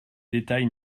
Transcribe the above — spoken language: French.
détails